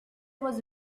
was